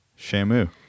Shamu